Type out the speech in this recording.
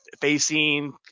facing